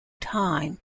time